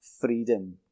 freedom